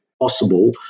possible